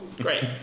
great